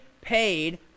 paid